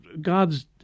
God's